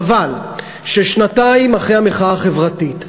חבל ששנתיים אחרי המחאה החברתית,